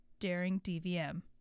daringdvm